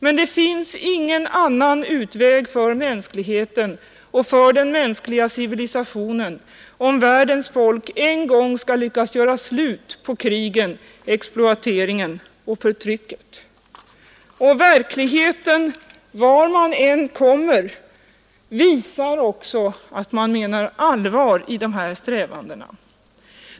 Men det finns ingen annan utväg för mänskligheten och för den mänskliga civilisationen om världens folk en gång ska lyckas göra slut på krigen, exploateringen och förtrycket.” Och verkligheten, vart man än kommer, visar att dessa människor menar allvar i dessa strävanden.